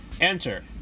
Enter